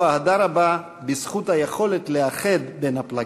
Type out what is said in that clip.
אהדה רבה בזכות היכולת לאחד את הפלגים.